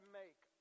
make